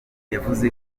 yavuze